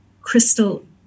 crystal